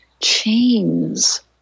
chains